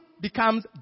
becomes